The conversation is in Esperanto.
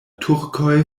turkoj